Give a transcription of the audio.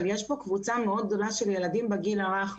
אבל יש פה קבוצה מאוד גדולה של ילדים בגיל הרך,